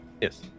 yes